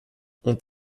ont